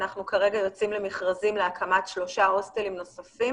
אנחנו כרגע יוצאים למכרזים להקמת שלושה הוסטלים נוספים.